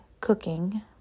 cooking